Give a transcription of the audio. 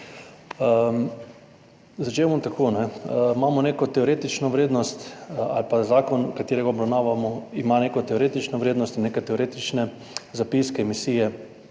Začel bom tako. Imamo neko teoretično vrednost ali pa zakon, ki ga obravnavamo, ima neko teoretično vrednost in neke teoretične zapiske, emisije,